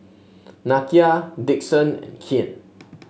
Nakia Dixon and Kian